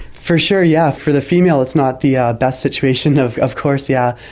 for sure, yes, for the female it's not the best situation, of of course, yeah